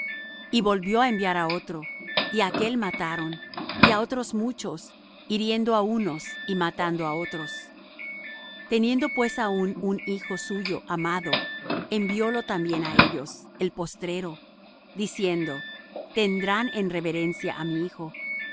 y volvió á enviar otro y á aquél mataron y á otros muchos hiriendo á unos y matando á otros teniendo pues aún un hijo suyo amado enviólo también á ellos el postrero diciendo tendrán en reverencia á mi hijo